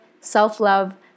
self-love